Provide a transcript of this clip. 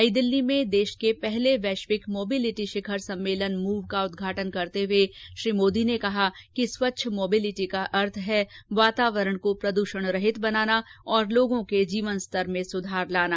नई दिल्ली में देश के पहले वैश्विक मोबिलिटी शिखर सम्मेलन मूव का उद्घाटन करते हुए श्री मोदी ने कहा कि स्वच्छ मोबिलिटी का अर्थ है वातावरण को प्रद्षणरहित बनाना और लोगो के जीवन स्तर में सुधार लाना